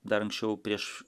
dar anksčiau prieš